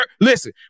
Listen